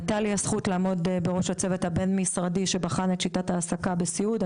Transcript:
הייתה לי הזכות לעמוד בראש הצוות הבין משרדי שבחן את שיטת העסקה בסיעוד,